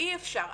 אי אפשר,